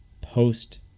post